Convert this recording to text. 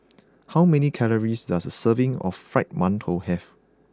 how many calories does a serving of Fried Mantou have